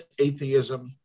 atheism